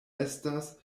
estas